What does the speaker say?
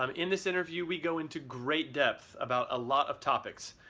um in this interview, we go into great depth about a lot of topics.